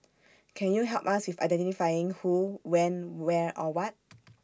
can you help us with identifying who when where or what